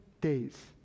days